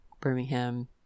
Birmingham